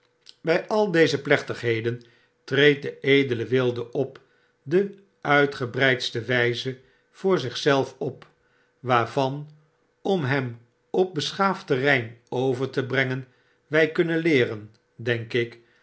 bjj al deze plechtigheden treedt de edele wilde op de uitgebreidste wyze voor zich zelf op waarvan om hem op beschaafd terrein over te brengen wy kunnen leeren denk ik